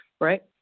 right